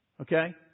Okay